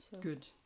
good